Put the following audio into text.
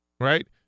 right